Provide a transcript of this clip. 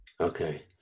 Okay